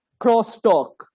crosstalk